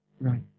Right